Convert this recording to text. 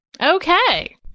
Okay